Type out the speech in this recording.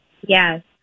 Yes